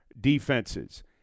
defenses